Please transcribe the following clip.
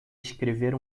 escrever